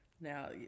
now